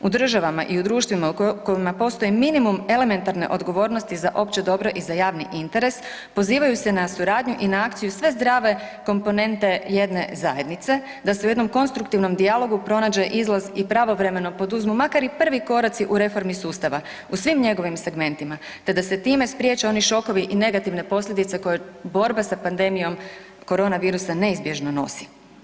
U državama i u društvima u kojima postoji minimum elementarne odgovornosti za opće dobro i za javni interes pozivaju se na suradnju i na akciju sve zdrave komponente jedne zajednice da se u jednom konstruktivnom dijalogu pronađe izlaz i pravovremeno poduzmu makar i prvi koraci u reformi sustava, u svim njegovim segmentima, te da se time spriječe oni šokovi i negativne posljedice koje borba sa pandemijom korona virusa neizbježno nosi.